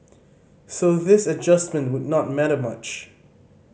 so this adjustment would not matter much